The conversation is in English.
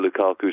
Lukaku